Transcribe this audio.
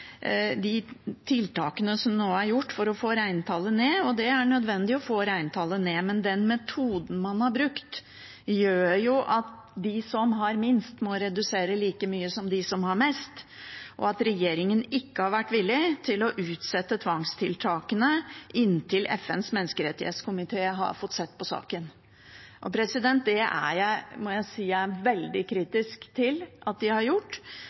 de tiltakene som er gjort for å få reintallet ned. Det er nødvendig å få reintallet ned, men den metoden man har brukt, gjør at de som har minst, må redusere like mye som de som har mest. At regjeringen ikke har vært villig til å utsette tvangstiltakene inntil FNs menneskerettighetskomité har fått sett på saken, må jeg si jeg er veldig kritisk til, for dette rammer så ekstremt urettferdig. Det er viktig at